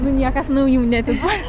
nu niekas naujų neatiduoda